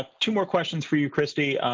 two more questions for you, christy.